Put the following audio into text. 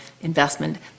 investment